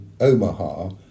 Omaha